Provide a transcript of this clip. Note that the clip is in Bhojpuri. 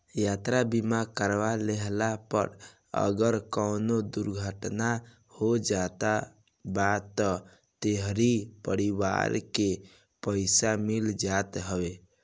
यात्रा बीमा करवा लेहला पअ अगर कवनो दुर्घटना हो जात बा तअ तोहरी परिवार के पईसा मिल जात हवे